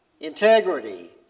integrity